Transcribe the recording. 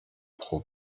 pro